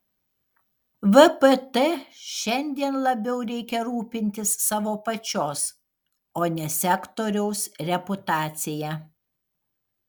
vpt šiandien labiau reikia rūpintis savo pačios o ne sektoriaus reputacija